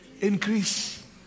increase